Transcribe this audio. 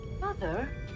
Mother